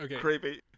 creepy